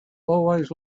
always